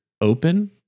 open